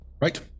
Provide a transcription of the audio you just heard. Right